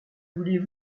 voulez